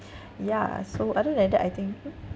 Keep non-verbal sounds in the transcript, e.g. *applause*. ya so other than that I think *noise*